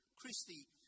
Christie